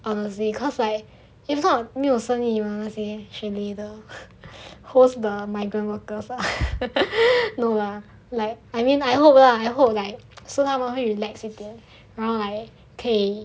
honestly cause like if not 没有生意吗那些 chalet 的 host the migrant workers ah no lah like I mean I hope lah I hope 他们会 relax 一点